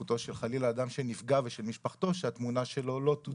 זכותו של אדם של נפגע ומשפחתו שהתמונה שלו לא תופץ.